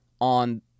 on